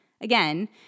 Again